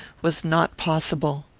was not possible.